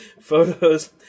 photos